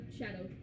shadow